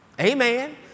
Amen